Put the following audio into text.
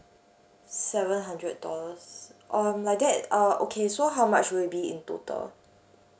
seven hundred dollars um like that uh okay so how much will it be in total